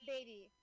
Baby